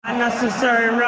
unnecessary